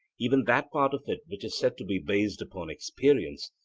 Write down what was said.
even that part of it which is said to be based upon experience,